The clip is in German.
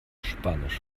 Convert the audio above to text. spanisch